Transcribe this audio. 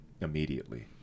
immediately